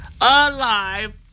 alive